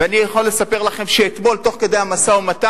ואני יכול לספר לכם שאתמול, תוך כדי המשא-ומתן,